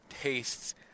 tastes